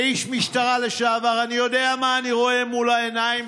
כאיש משטרה לשעבר אני יודע מה אני רואה מול העיניים,